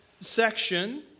section